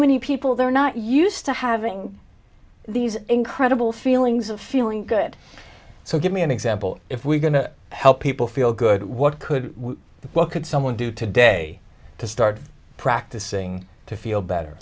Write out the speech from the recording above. many people they're not used to having these incredible feelings of feeling good so give me an example if we're going to help people feel good what could the what could someone do today to start practicing to feel better